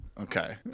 Okay